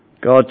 God